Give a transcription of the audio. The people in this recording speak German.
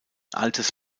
altes